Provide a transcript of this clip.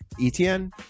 Etienne